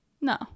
No